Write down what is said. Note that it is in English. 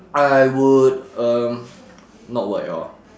I would um not work at all